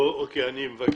בואו, אני מבקש